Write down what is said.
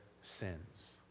sins